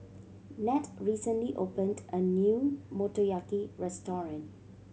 Ned recently opened a new Motoyaki Restaurant